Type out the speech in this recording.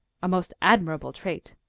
a most admirable trait!